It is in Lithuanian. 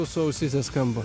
jūsų ausyse skamba